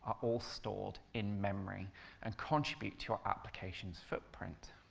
all stored in memory and contribute to your application's footprint.